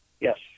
Yes